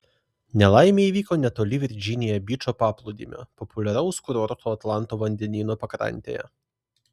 nelaimė įvyko netoli virdžinija byčo paplūdimio populiaraus kurorto atlanto vandenyno pakrantėje